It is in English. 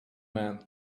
man